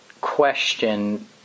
question